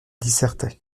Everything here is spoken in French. dissertait